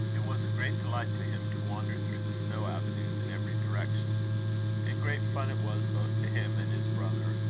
it was a great delight to him to wander through the snow-avenues in every direction and great fun it was, both to him and his brother,